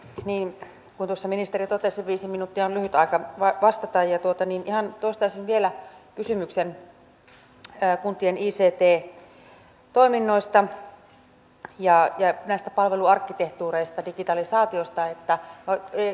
niin kuin tuossa ministeri totesi viisi minuuttia on lyhyt aika vastata ja toistaisin vielä kysymyksen kuntien ict toiminnoista ja palveluarkkitehtuureista digitalisaatiosta